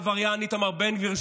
העבריין איתמר בן גביר,